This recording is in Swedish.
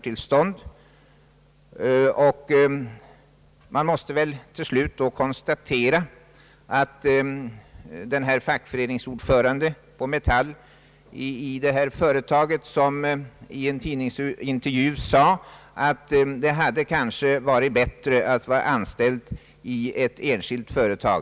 Till slut måste man väl konstatera att det uttalande som en fackföreningsman vid det här företaget gjorde i en tidningsintervju byggde på ett faktum då han sade att det kanske hade varit bättre att vara anställd i ett enskilt företag.